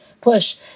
push